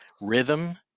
rhythm